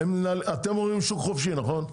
אתם אומרים שוק חופשי, נכון?